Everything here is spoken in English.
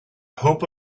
hope